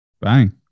Bang